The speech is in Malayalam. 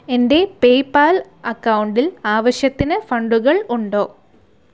എൻ്റെ പേയ്പാൽ അക്കൗണ്ടിൽ ആവശ്യത്തിന് ഫണ്ടുകൾ ഉണ്ടോ